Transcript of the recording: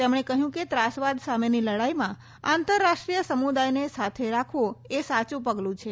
તેમણે કહ્યું કે ત્રાસવાદ સામેની લડાઈમાં આંતરરાષ્ટ્રીય સમુદાયને સાથે રાખવો એ સાચું પગલું છે